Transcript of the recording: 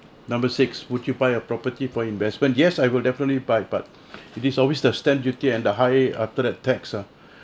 number six would you buy a property for investment yes I will definitely buy but it is always the stamp duty and the high after that tax ah